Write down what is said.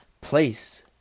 place